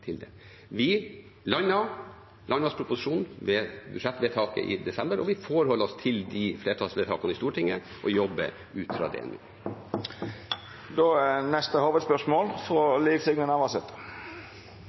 ved budsjettvedtaket i desember, og vi forholder oss til de flertallsvedtakene i Stortinget og jobber ut fra det. Me går til neste